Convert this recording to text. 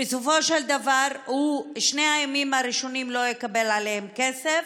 בסופו של דבר על שני הימים הראשונים הוא לא יקבל כסף,